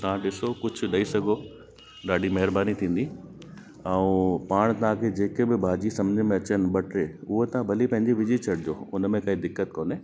त तव्हां ॾिसो कुझु ॾेई सघो ॾाढी महिरबानी थींदी ऐं पाण तव्हांखे जेके बि भाॼी सम्झ में अचनि ॿ टे उहे तव्हां भली पंहिंजे विझी छॾिजो हुनमें काई दिक़त कोन्हे